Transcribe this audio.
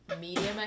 medium